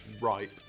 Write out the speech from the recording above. ripe